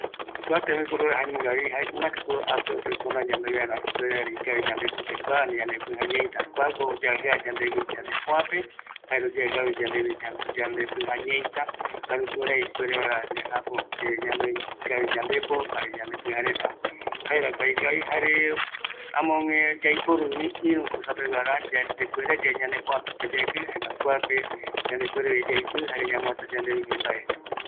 Jaenungavi kua tembiporu, yayajɨa veara ñanepöape, ñane piïjaä ñeita, jare yaiporuvi yayajɨa vaera oime yave yandepuera yayajɨa mbae iru tembiporu peva